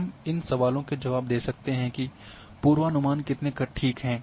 हम इन सवालों के जवाब दे सकते हैं कि पूर्वानुमान कितने ठीक हैं